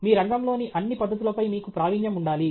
మీ రంగం లోని అన్ని పద్ధతులపై మీకు ప్రావీణ్యం ఉండాలి